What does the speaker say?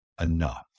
enough